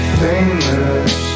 famous